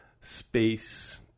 space